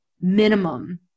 minimum